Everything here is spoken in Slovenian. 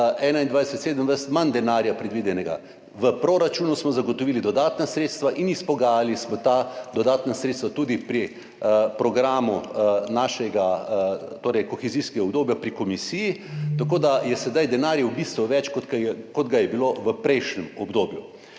2021–2027 manj denarja predvidenega. V proračunu smo zagotovili dodatna sredstva in izpogajali smo ta dodatna sredstva tudi pri programu kohezijskega obdobja pri komisiji. Tako da je sedaj denarja v bistvu več, kot ga je bilo v prejšnjem obdobju.